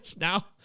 now